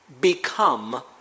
become